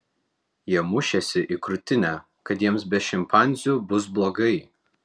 jie mušėsi į krūtinę kad jiems be šimpanzių bus blogai